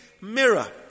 mirror